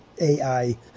AI